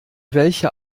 welcher